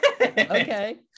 Okay